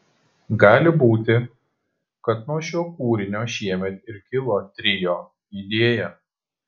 gali būti kad nuo šio kūrinio šiemet ir kilo trio idėja